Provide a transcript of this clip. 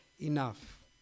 enough